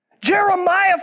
Jeremiah